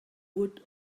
would